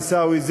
עיסאווי,